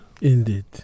Indeed